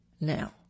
now